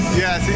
yes